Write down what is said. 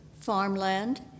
farmland